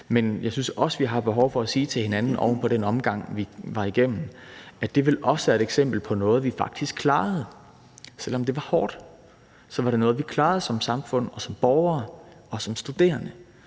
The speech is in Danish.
Men jeg synes også, at vi har behov for at sige til hinanden oven på den omgang, vi var igennem, at det også vil være et eksempel på noget, vi faktisk klarede. Selv om det var hårdt, var det noget, vi klarede som samfund og som borgere og som studerende,